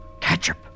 Ketchup